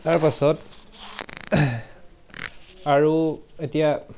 তাৰপাছত আৰু এতিয়া